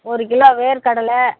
ஒரு கிலோ வேர்க்கடலை